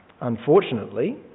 unfortunately